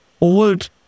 old